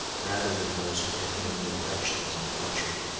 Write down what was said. rather than those who had gained the affections, of the country.